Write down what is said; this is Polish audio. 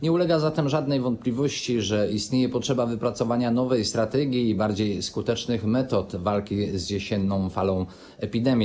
Nie ulega zatem żadnej wątpliwości, że istnieje potrzeba wypracowania nowej strategii i bardziej skutecznych metod walki z jesienną falą epidemii.